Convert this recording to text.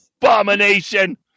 Abomination